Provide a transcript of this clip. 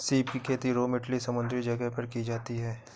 सीप की खेती रोम इटली समुंद्री जगह पर की जाती है